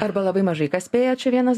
arba labai mažai kas spėja čia vienas